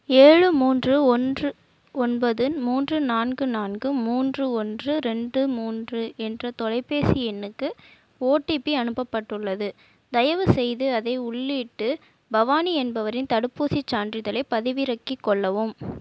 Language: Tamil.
ஏழு மூன்று ஓன்று ஒன்பது மூன்று நான்கு நான்கு மூன்று ஓன்று ரெண்டு மூன்று என்ற தொலைபேசி எண்ணுக்கு ஓடிபி அனுப்பப்பட்டுள்ளது தயவுசெய்து அதை உள்ளிட்டு பவானி என்பவரின் தடுப்பூசிச் சான்றிதழைப் பதிவிறக்கிக் கொள்ளவும்